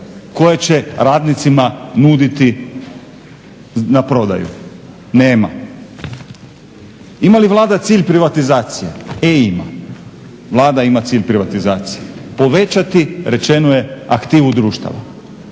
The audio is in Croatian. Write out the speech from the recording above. koje će radnicima nuditi na prodaj? Nema. Ima li Vlada cilj privatizacije? E ima, Vlada ima cilj privatizacije povećati, rečeno je aktivu društava,